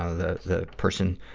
ah the, the person,